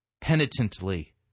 penitently